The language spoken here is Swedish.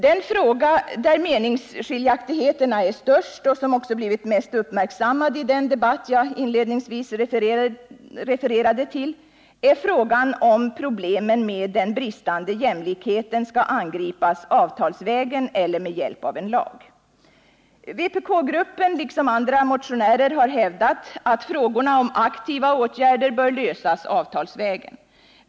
Den fråga där meningsskiljaktigheterna är störst och som också blivit mest uppmärksammad i den debatt jag inledningsvis refererade till, är frågan om huruvida problemen med den bristande jämlikheten skall angripas avtalsvägen eller med hjälp av en lag. Vpk-gruppen liksom andra motionärer har hävdat att frågorna om aktiva åtgärder bör lösas avtalsvägen.